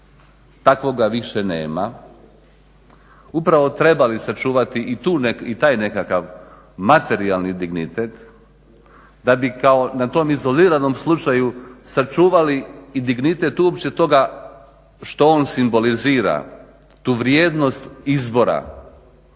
takvoga više nema upravo trebali sačuvati i taj nekakav materijalni dignitet da bi kao na tom izoliranom slučaju sačuvali i dignitet uopće toga što on simbolizira tu vrijednost izbora